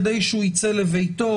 כדי שהוא יצא לביתו,